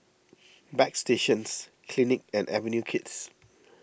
Bagstationz Clinique and Avenue Kids